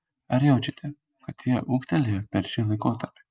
ar jaučiate kad jie ūgtelėjo per šį laikotarpį